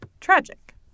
tragic